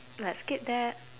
let's skip that